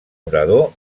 orador